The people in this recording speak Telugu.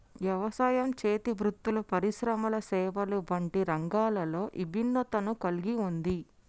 యవసాయం, చేతి వృత్తులు పరిశ్రమలు సేవలు వంటి రంగాలలో ఇభిన్నతను కల్గి ఉంది